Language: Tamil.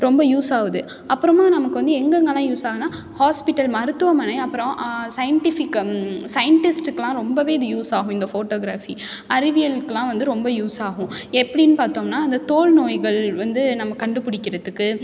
ரொம்ப யூஸ் ஆகுது அப்புறமா நமக்கு வந்து எங்கெங்கலாம் யூஸ் ஆகுன்னால் ஹாஸ்பிட்டல் மருத்துவமனை அப்பறம் சயின்டிஃபிக் சயின்டிஸ்ட்டுக்குலாம் ரொம்பவே இது யூஸ் ஆகும் இந்த ஃபோட்டோகிராஃபி அறிவியலுக்குலாம் வந்து ரொம்ப யூஸ் ஆகும் எப்படின்னு பார்த்தோம்னா அந்தத் தோல் நோய்கள் வந்து நம்ம கண்டுபிடிக்கிறதுக்கு